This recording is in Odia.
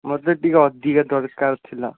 ମୋତେ ଟିକେ ଅଧିକା ଦରକାର ଥିଲା